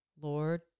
Lord